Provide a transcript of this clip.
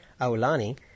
Aulani